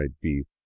beef